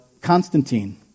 Constantine